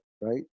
right